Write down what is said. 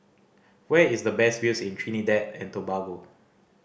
where is the best views in Trinidad and Tobago